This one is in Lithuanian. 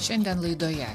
šiandien laidoje